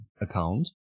account